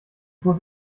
muss